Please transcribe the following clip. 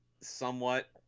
somewhat